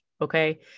okay